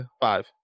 five